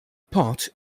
pot